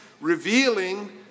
revealing